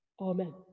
Amen